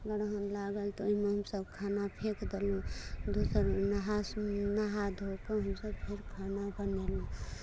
ग्रहण लागल तऽ ओहिमे हमसभ खाना फेकि देलहुँ दोसर नहा सो नहा धो कऽ हमसभ फेर खाना बनेलहुँ